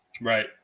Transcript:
Right